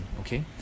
okay